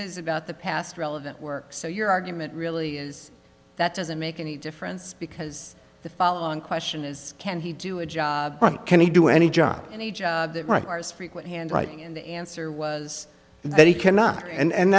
is about the past relevant work so your argument really is that doesn't make any difference because the following question is can he do a job can he do any job that requires frequent handwriting and the answer was that he cannot and